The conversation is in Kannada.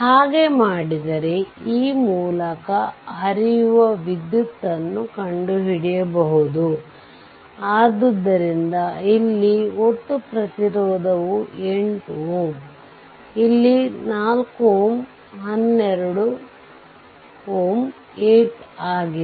ಹಾಗೆ ಮಾಡಿದರೆ ಈ ಮೂಲಕ ಹರಿಯುವ ವಿದ್ಯುತ್ ನ್ನು ಕಂಡುಹಿಡಿಯಬಹುದು ಆದ್ದರಿಂದ ಇಲ್ಲಿ ಒಟ್ಟು ಪ್ರತಿರೋಧವು 8 Ω ಇಲ್ಲಿ 4 Ω 12 Ω8 ಆಗಿದೆ